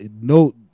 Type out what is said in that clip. No